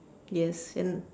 yes and